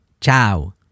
Ciao